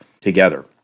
together